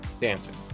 dancing